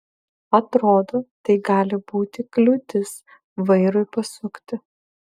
atrodo tai gali būti kliūtis vairui pasukti